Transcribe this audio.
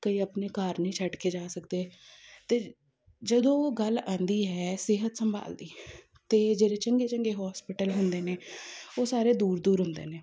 ਕਈ ਆਪਣੇ ਘਰ ਨਹੀਂ ਛੱਡ ਕੇ ਜਾ ਸਕਦੇ ਅਤੇ ਜਦੋਂ ਉਹ ਗੱਲ ਆਉਂਦੀ ਹੈ ਸਿਹਤ ਸੰਭਾਲ ਦੀ ਤਾਂ ਜਿਹੜੇ ਚੰਗੇ ਚੰਗੇ ਹੋਸਪੀਟਲ ਹੁੰਦੇ ਨੇ ਉਹ ਸਾਰੇ ਦੂਰ ਦੂਰ ਹੁੰਦੇ ਨੇ